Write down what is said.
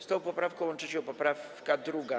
Z tą poprawką łączy się poprawka 2.